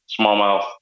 smallmouth